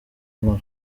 nkora